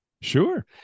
Sure